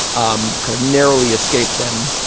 um kind of narrowly escaped them.